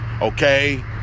Okay